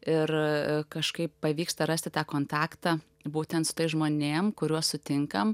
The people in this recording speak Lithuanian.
ir kažkaip pavyksta rasti tą kontaktą būtent su tais žmonėm kuriuos sutinkame